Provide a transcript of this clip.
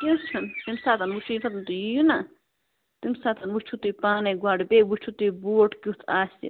کیٚنٛہہ چھُنہٕ تیٚمہِ ساتن وُچھو ییٚمہِ ساتن تۄہہِ یِیو نا تَمہِ ساتن ؤچھو تۄہہِ پانے گۄڈٕ بیٚیہِ ؤچھو تۄہہِ بوٹ کیُتھ آسہِ